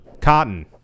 Cotton